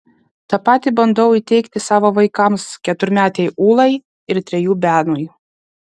tą patį bandau įteigti savo vaikams keturmetei ūlai ir trejų benui